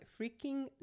freaking